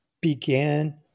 began